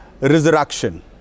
Resurrection